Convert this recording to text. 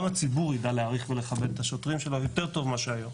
גם הציבור ידע להעריך ולכבד את השוטרים שלו יותר טוב מאשר היום.